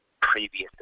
previous